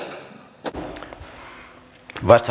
arvoisa herra puhemies